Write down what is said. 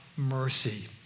mercy